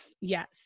yes